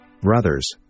brothers